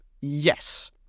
Yes